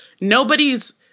nobody's